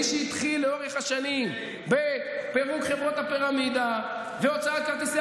מי שהתחילו לאורך השנים בפירוק חברות הפירמידה והוצאת כרטיסי